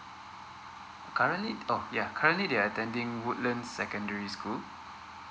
currently oh ya currently they are attending woodlands secondary school